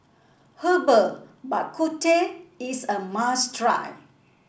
Herbal Bak Ku Teh is a must try